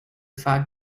fact